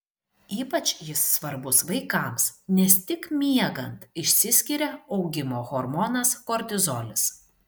ypač jis svarbus vaikams nes tik miegant išsiskiria augimo hormonas kortizolis